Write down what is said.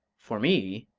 for me,